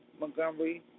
Montgomery